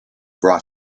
brought